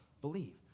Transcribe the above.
believe